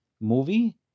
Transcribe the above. movie